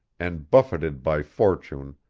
and buffeted by fortune,